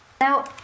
now